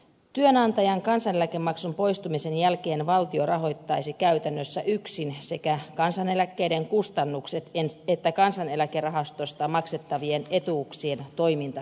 työnantajan kansaneläkemaksun poistumisen jälkeen valtio rahoittaisi käytännössä yksin sekä kansaneläkkeiden kustannukset että kansaneläkerahastosta maksettavien etuuksien toimintakulut